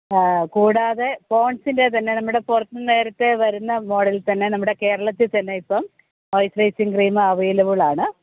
കൂടാതെ പോണ്ട്സിൻ്റെ തന്നെ നമ്മുടെ പുറത്തു നിന്ന് നേരത്തെ വരുന്ന മോഡലിൽ തന്നെ നമ്മുടെ കേരളത്തിൽ തന്നെ ഇപ്പം മൊയിസ്ച്ചറൈസിംഗ് ക്രീം അവൈലബിളാണ്